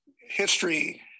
history